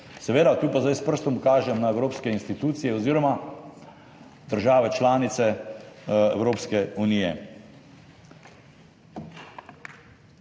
Seveda, tu zdaj s prstom kažem na evropske institucije oziroma države članice Evropske unije.